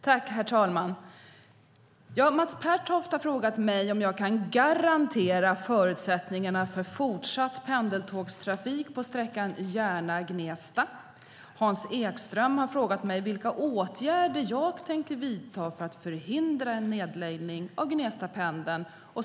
Herr talman! Mats Pertoft har frågat mig om jag kan garantera förutsättningarna för fortsatt pendeltågstrafik på sträckan Järna-Gnesta. Hans Ekström har frågat mig vilka åtgärder jag tänker vidta för att förhindra en nedläggning av Gnestapendeln.